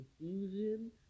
confusion